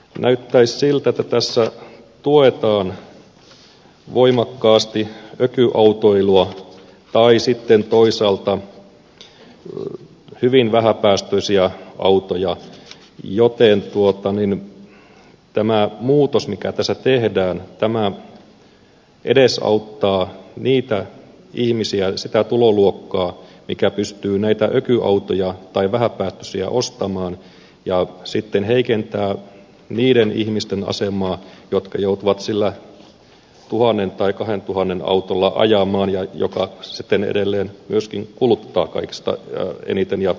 näyttäisi siltä että tässä tuetaan voimakkaasti ökyautoilua tai sitten toisaalta hyvin vähäpäästöisiä autoja joten tämä muutos mikä tässä tehdään edesauttaa niitä ihmisiä sitä tuloluokkaa mikä pystyy näitä ökyautoja tai vähäpäästöisiä ostamaan ja sitten heikentää niiden ihmisten asemaa jotka joutuvat ajamaan sillä tuhannen tai kahden tuhannen autolla joka sitten edelleen myöskin kuluttaa kaikista eniten ja saastuttaa